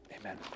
Amen